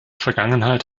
vergangenheit